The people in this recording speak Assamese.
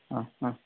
অঁ অঁ